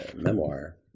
memoir